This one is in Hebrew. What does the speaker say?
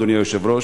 אדוני היושב-ראש.